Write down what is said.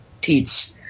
teach